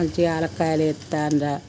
మంచిగా యాలక్కాయలు వేస్తా అందులో